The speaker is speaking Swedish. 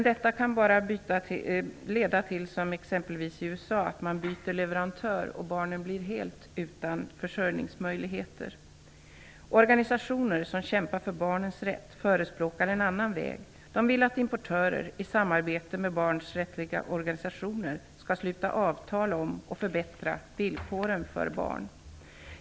Det kan leda till att man bara, som exempelvis i USA, byter leverantör och att barnen blir helt utan försörjningsmöjligheter. Organisationer som kämpar för barnens rätt förespråkar en annan väg. De vill att importörer i samarbete med barns rättsliga organisationer skall sluta avtal om och förbättra villkoren för barn.